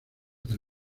del